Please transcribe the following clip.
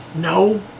No